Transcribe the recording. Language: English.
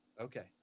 Okay